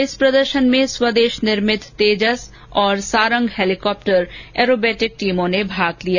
इस प्रदर्शन में स्वदेश निर्मित तेजस और सारंग हेलिकॉप्टर ऐरोबेटिक टीम ने भी भाग लिया